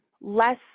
less